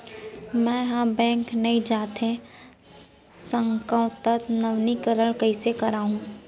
मैं ह बैंक नई जाथे सकंव त नवीनीकरण कइसे करवाहू?